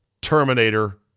Terminator